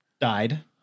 died